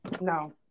No